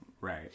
Right